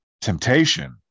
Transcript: temptation